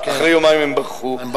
אחרי יומיים הם ברחו.